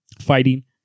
fighting